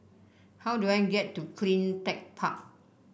how do I get to CleanTech Park